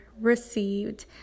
received